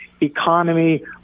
economy